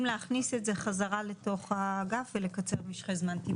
להכניס את זה חזרה לתוך האגף ולקצר משכי זמן.